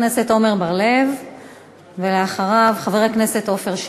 חבר הכנסת עמר בר-לב, ואחריו, חבר הכנסת עפר שלח.